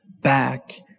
back